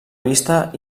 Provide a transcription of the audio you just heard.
vista